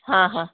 हाँ हाँ